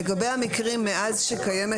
לגבי המקרים מאז שקיימת